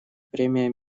премия